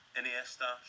Iniesta